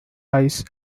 ice